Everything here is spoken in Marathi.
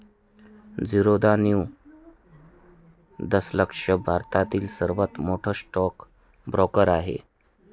झिरोधा नऊ दशलक्ष भारतातील सर्वात मोठा स्टॉक ब्रोकर आहे